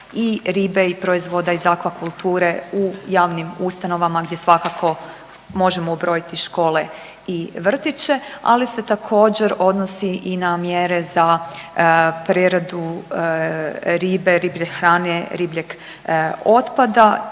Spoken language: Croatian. i ribe i proizvoda iz akvakulture u javnim ustanovama gdje svakako možemo ubrojiti i škole i vrtiće, ali se također odnosi i na mjere za preradu ribe, riblje hrane, ribljeg otpada,